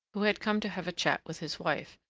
who had come to have a chat with his wife,